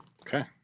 Okay